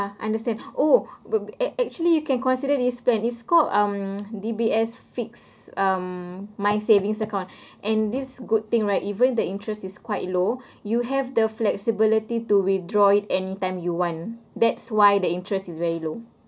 understand oh we~ act~ actually you can consider these plans it's called um D_B_S fixed um my savings account and this good thing right even the interest is quite low you have the flexibility to withdraw it anytime you want that's why the interest is very low